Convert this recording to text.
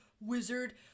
wizard